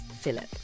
Philip